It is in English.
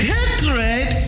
Hatred